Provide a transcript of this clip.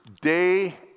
day